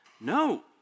No